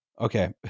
Okay